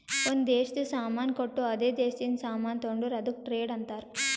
ಒಂದ್ ದೇಶದು ಸಾಮಾನ್ ಕೊಟ್ಟು ಅದೇ ದೇಶದಿಂದ ಸಾಮಾನ್ ತೊಂಡುರ್ ಅದುಕ್ಕ ಟ್ರೇಡ್ ಅಂತಾರ್